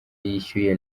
yishyuye